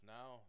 Now